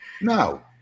No